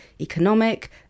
economic